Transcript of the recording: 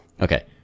Okay